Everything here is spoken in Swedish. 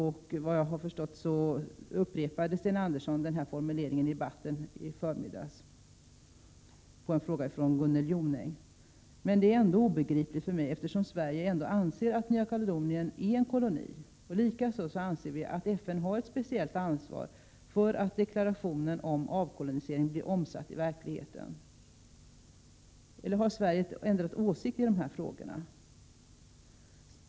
Vad jag förstår upprepade Sten Andersson denna formulering i debatten i förmiddags, på en fråga från Gunnel Jonäng. Men agerandet är ändå obegripligt för mig, eftersom Sverige ändå anser att Nya Kaledonien är en koloni. Likaså anser vi att FN har ett speciellt ansvar för att deklarationen omavkolonialisering blir omsatt i verkligheten. Eller har Sverige ändrat åsikt i de här frågorna?